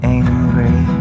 angry